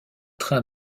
train